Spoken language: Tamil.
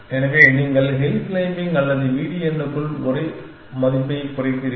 எனவே நீங்கள் ஹில் க்ளைம்பிங் அல்லது VDN க்குள் ஒரு ஒரு மதிப்பைக் குறைக்கிறீர்கள்